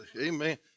amen